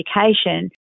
education